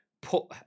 put